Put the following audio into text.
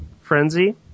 frenzy